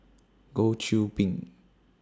Goh Qiu Bin